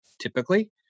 typically